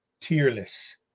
tearless